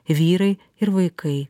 vyrai ir vaikai